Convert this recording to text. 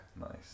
Nice